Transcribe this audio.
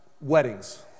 weddings